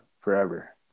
forever